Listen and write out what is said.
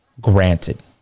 Granted